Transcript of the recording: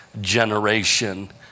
generation